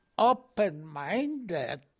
open-minded